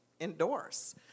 endorse